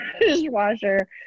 dishwasher